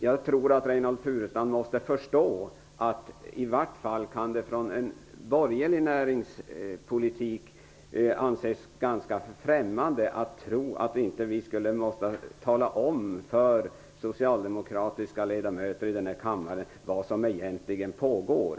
Jag tror att Reynoldh Furustrand måste förstå att det i vart fall utifrån en borgerlig näringspolitik är ganska främmande att tro att vi inte skulle tala om för socialdemokratiska ledamöter i denna kammare vad som egentligen pågår.